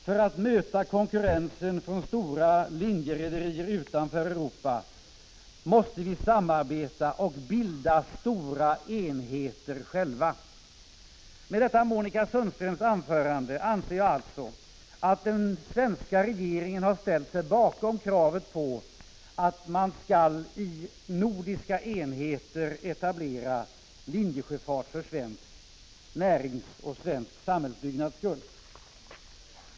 För att möta konkurrensen från stora linjerederier utanför Europa måste vi samarbeta och bilda stora enheter själva. Med detta Monica Sundströms anförande anser jag alltså att den svenska regeringen har ställt sig bakom kravet på att man i nordiska enheter skall etablera linjesjöfart för svensk närings och svensk samhällsbyggnads skull.